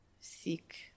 seek